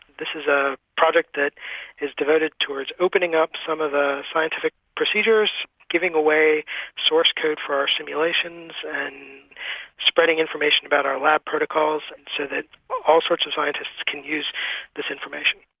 this is a project that is devoted to its opening up some of the scientific procedures, giving away source code for our simulations and spreading information about our lab protocols so that all sorts of scientists can use this information.